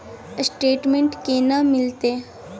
Statement केना मिलते?